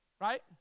Right